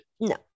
no